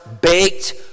baked